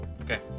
Okay